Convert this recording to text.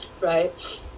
right